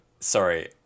Sorry